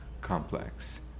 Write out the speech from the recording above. complex